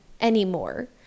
anymore